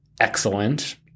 excellent